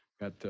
got